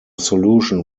solution